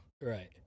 right